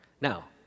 Now